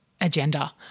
Agenda